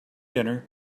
dinner